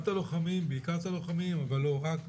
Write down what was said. בעיקר את הלוחמים אבל לא רק,